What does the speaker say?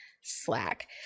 slack